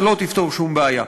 אתה לא תפתור שום בעיה,